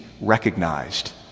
recognized